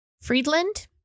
Friedland